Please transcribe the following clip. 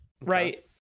right